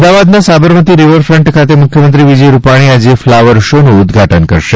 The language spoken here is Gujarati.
અમદાવાદના સાબરમતી રિવરફન્ટ ખાતે મુખ્યમંત્રી વિજય રૂપાણી આજે ફ્લાવર શોનું ઉદ્વાટન કરશે